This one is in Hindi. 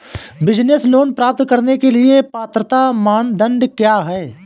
बिज़नेस लोंन प्राप्त करने के लिए पात्रता मानदंड क्या हैं?